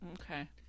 Okay